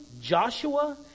Joshua